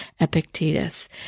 Epictetus